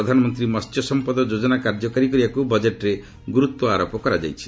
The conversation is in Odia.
ପ୍ରଧାନମନ୍ତ୍ରୀ ମହ୍ୟ ସମ୍ପଦ ଯୋଜନା କାର୍ଯ୍ୟକାରୀ କରିବାକୁ ବଜେଟ୍ରେ ଗୁରୁତ୍ୱ ଆରୋପ କରାଯାଇଛି